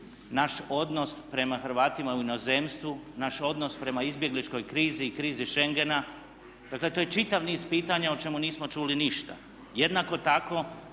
naš odnos prema Hrvatima u inozemstvu, naš odnos prema izbjegličkoj krizi i krizi Schengena. Dakle, to je čitav niz pitanja o čemu nismo čuli ništa. Jednako tako